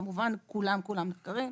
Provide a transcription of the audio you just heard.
כולם, כולם נחקרים.